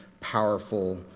powerful